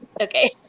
Okay